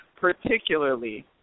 particularly